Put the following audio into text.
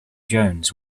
jones